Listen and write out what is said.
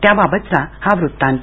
त्याबाबतचा हा वृत्तांत